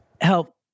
help